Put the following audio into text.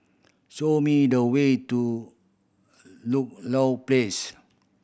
show me the way to Ludlow Place